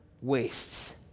wastes